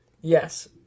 Yes